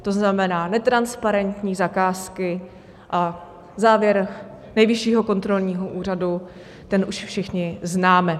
To znamená netransparentní zakázky a závěr Nejvyššího kontrolního úřadu, ten už všichni známe.